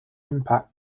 impact